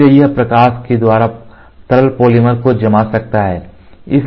इसलिए यह प्रकाश के द्वारा तरल पॉलीमर को जमा सकता है